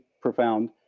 profound